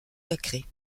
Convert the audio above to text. sacrée